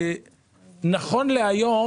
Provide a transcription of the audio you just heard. נכון להיום